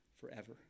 forever